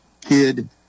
kid